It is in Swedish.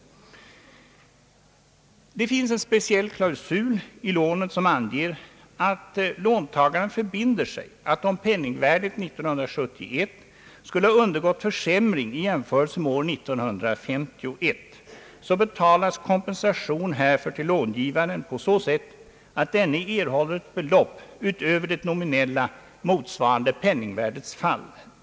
Det finns en speciell klausul i lånet som anger att låntagaren förbinder sig att om penningvärdet år 1971 skulle ha undergått en försämring i jämförelse med år 1951 så betalas kompensation härför till långivaren på så sätt att denne erhåller ett belopp utöver det nominella, motsvarande penningvärdets fall.